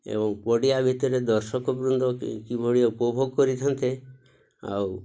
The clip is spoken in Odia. ଏବଂ ପଡ଼ିଆ ଭିତରେ ଦର୍ଶକବୃନ୍ଦ କିଭଳି ଉପଭୋଗ କରିଥାନ୍ତେ ଆଉ